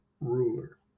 ruler